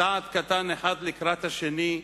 צעד קטן אחד לקראת השני,